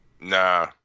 Nah